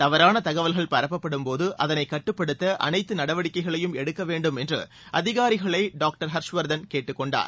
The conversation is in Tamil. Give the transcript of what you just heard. தவறான தகவல்கள் பரப்பப்படும்போது அதனை கட்டுப்படுத்த அனைத்து நடவடிக்கைகளையும் எடுக்க வேண்டும் என்று அதிகாரிகளை டாக்டர் ஹர்ஷ்வர்தன் கேட்டுக்கொண்டார்